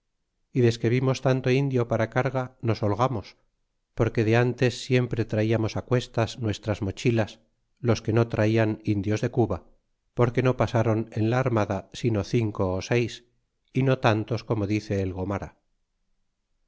y desque vimos tanto indio para carga nos holgamos porque de antes siempre traíamos cuestas nuestras mochilas los que no tratan indios de cuba porque no pasaron en la armada sino cinco ó seis y no tantos como dice el gomara